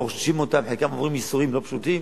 מרוששים אותם, וחלקם עוברים ייסורים לא פשוטים.